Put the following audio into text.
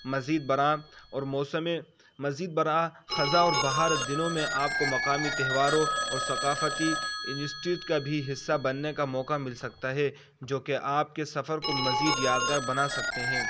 مزید برآں اور موسم مزید برآں خزاں اور بہار دنوں میں آپ کو مقامی تہواروں اور ثقافتی انسٹیٹیوٹ کا بھی حصہ بننے کا موقع مل سکتا ہے جو کہ آپ کے سفر کو مزید یادگار بنا سکتے ہیں